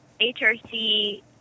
HRC